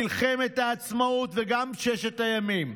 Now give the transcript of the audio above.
מלחמת העצמאות וגם ששת הימים.